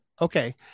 Okay